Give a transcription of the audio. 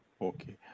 Okay